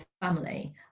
family